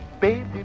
baby